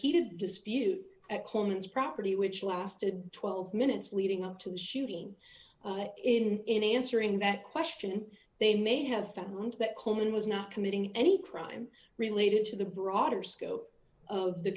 heated dispute at coleman's property which lasted twelve minutes leading up to the shooting in answering that question and they may have found that coleman was not committing any crime related to the broader scope of the